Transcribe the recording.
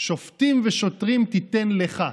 "שֹׁפטים ושֹׁטרים תתן לך".